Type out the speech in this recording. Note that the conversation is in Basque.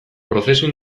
prozesu